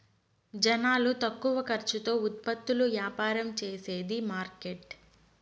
జనాలు తక్కువ ఖర్చుతో ఉత్పత్తులు యాపారం చేసేది మార్కెట్